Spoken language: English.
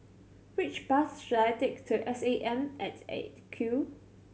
which bus should I take to S A M at Eight Q